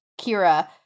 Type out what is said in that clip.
Kira